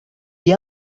the